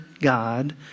God